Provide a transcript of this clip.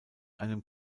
einem